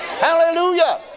hallelujah